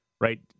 Right